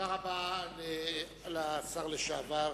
לשר לשעבר,